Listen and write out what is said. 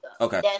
Okay